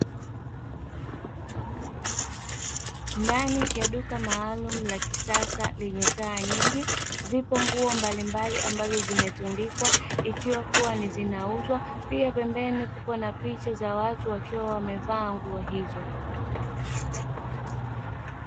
Ndani ya duka maalumu la kisasa lenye taa nyingi, zipo nguo mbalimbali ambazo zimetundikwa, ikiwa kuwa ni zinauzwa, pia pembeni kupo na picha za watu wakiwa wamevaa nguo hizo.